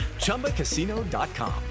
Chumbacasino.com